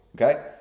okay